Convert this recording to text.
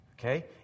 Okay